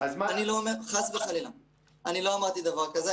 אני לא אומר דבר כזה.